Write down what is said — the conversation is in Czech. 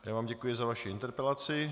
A já vám děkuji za vaši interpelaci.